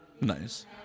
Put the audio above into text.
Nice